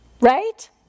Right